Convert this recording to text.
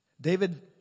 David